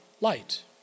light